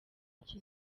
icyo